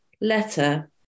letter